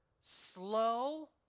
slow